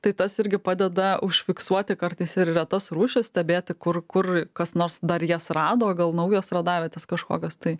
tai tas irgi padeda užfiksuoti kartais ir retas rūšis stebėti kur kur kas nors dar jas rado gal naujos radavietės kažkokios tai